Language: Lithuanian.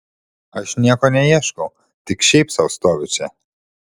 aš nieko neieškau tik šiaip sau stoviu čia